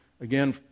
again